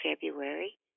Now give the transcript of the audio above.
February